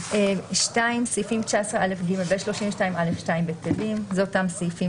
סעיפים 19א(ג) ו-32א(2) - בטלים; זה אותם סעיפים